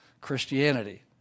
Christianity